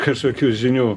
kažkokių žinių